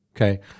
Okay